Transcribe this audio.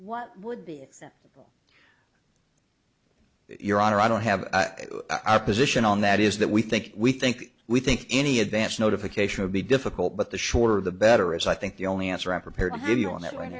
what would be your honor i don't have our position on that is that we think we think we think any advance notification would be difficult but the shorter the better as i think the only answer i'm prepared to give you on that